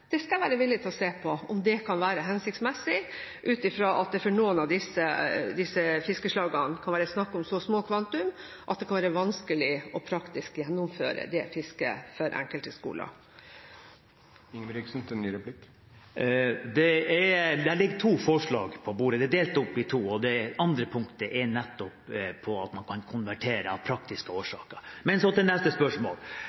utgangspunktet, skal jeg være villig til å se på om er hensiktsmessig ut ifra at det for noen av disse fiskeslagene kan være snakk om så små kvantum at det kan være vanskelig å gjennomføre det fisket i praksis for enkelte skoler. Forslaget er delt opp i to, og det andre punktet handler nettopp om at man kan konvertere av praktiske